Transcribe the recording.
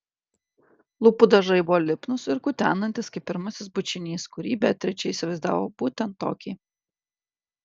lūpų dažai buvo lipnūs ir kutenantys kaip pirmasis bučinys kurį beatričė įsivaizdavo būtent tokį